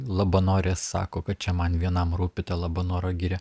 labanore sako kad čia man vienam rūpi ta labanoro giria